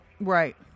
right